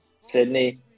Sydney